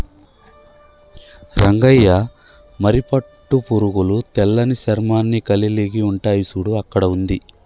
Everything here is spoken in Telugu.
రంగయ్య మరి పట్టు పురుగులు తెల్లని చర్మాన్ని కలిలిగి ఉంటాయి సూడు అక్కడ ఉంది